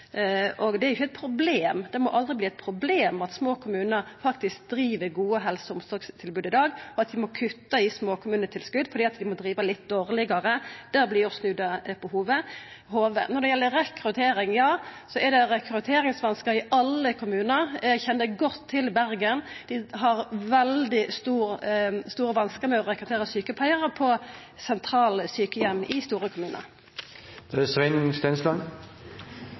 Og det er jo ikkje eit problem – det må aldri verta eit problem at små kommunar faktisk driv gode helse- og omsorgstilbod i dag. At ein må kutta i tilskot til dei små kommunane fordi dei må driva litt dårlegare, vert å snu det på hovudet. Når det gjeld rekruttering, er det rekrutteringsvanskar i alle kommunar. Eg kjenner godt til Bergen. Dei har veldig store vanskar med å rekruttera sjukepleiarar på sentrale sjukeheimar i store kommunar.